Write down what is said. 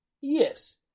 Yes